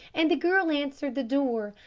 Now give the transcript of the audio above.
and the girl answered the door.